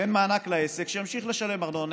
תן מענק לעסק שימשיך לשלם ארנונה,